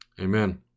Amen